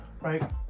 Right